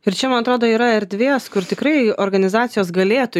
ir čia man atrodo yra erdvės kur tikrai organizacijos galėtų